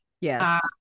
Yes